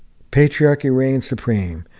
patriarchy reigns supreme.